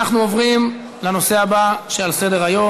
אנחנו עוברים לנושא הבא שעל סדר-היום: